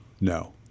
no